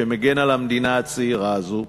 שמגן על המדינה הצעירה הזאת,